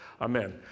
Amen